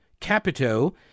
Capito